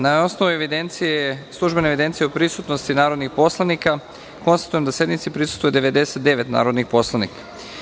Na osnovu službene evidencije o prisutnosti narodnih poslanika, konstatujem da sednici prisustvuje 99 narodnih poslanika.